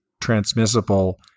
transmissible